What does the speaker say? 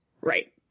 Right